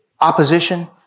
opposition